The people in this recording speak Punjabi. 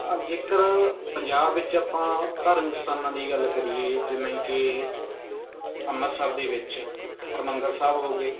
ਜੇਕਰ ਪੰਜਾਬ ਵਿੱਚ ਆਪਾਂ ਧਾਰਮਿਕ ਸਥਾਨਾਂ ਦੀ ਗੱਲ ਕਰੀਏ ਜਿਵੇਂ ਕਿ ਅੰਮ੍ਰਿਤਸਰ ਦੇ ਵਿੱਚ ਹਰਿਮੰਦਰ ਸਾਹਿਬ ਹੋ ਗਏ